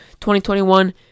2021